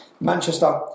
Manchester